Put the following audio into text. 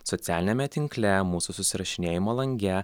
socialiniame tinkle mūsų susirašinėjimo lange